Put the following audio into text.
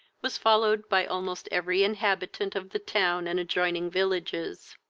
was followed by almost every inhabitant of the town and adjoining villages.